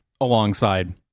alongside